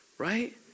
right